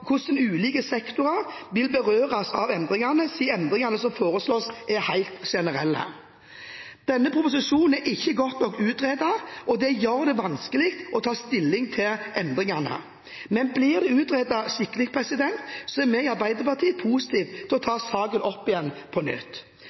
hvordan ulike sektorer vil bli berørt av endringene, siden endringene som foreslås, er helt generelle. Denne proposisjonen er ikke godt nok utredet, og det gjør det vanskelig å ta stilling til endringene. Men blir det utredet skikkelig, er vi i Arbeiderpartiet positive til å ta saken opp igjen på nytt.